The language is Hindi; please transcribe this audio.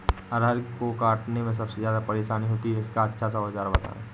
अरहर को काटने में सबसे ज्यादा परेशानी होती है इसका अच्छा सा औजार बताएं?